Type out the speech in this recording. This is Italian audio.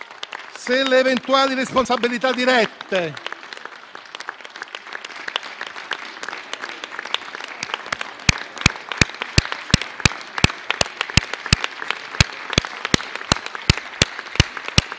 Se le eventuali responsabilità dirette